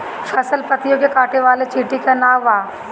फसल पतियो के काटे वाले चिटि के का नाव बा?